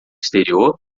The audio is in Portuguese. exterior